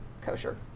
kosher